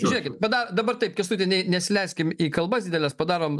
žiūrėkit da dabar taip kęstuti ne nesileiskim į kalbas dideles padarom